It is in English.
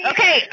Okay